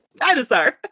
Dinosaur